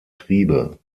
triebe